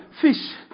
Fish